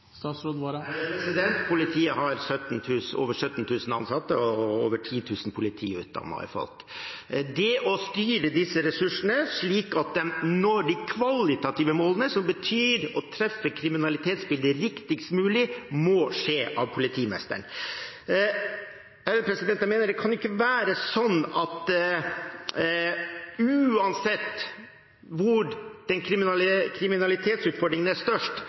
Politiet har over 17 000 ansatte og over 10 000 politiutdannede folk. Å styre disse ressursene slik at man når de kvalitative målene, som betyr å treffe kriminalitetsbildet riktigst mulig, må gjøres av politimesteren. Jeg mener det ikke kan være slik at uansett hvor kriminalitetsutfordringen er størst,